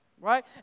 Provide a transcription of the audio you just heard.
right